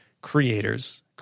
creators